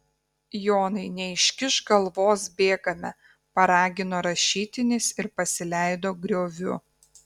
jonai neiškišk galvos bėgame paragino rašytinis ir pasileido grioviu